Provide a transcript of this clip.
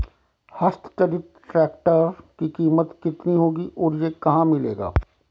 हस्त चलित ट्रैक्टर की कीमत कितनी होगी और यह कहाँ मिलेगा?